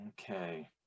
Okay